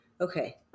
Okay